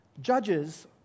Judges